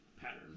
pattern